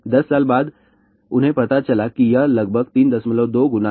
10 साल बाद उन्हें पता चला कि यह लगभग 32 गुना है